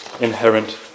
inherent